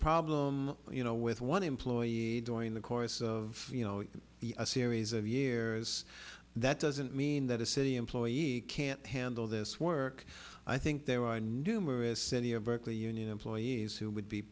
problem you know with one employee during the course of you know a series of years that doesn't mean that a city employee can't handle this work i think there are numerous any of berkeley union employees who would be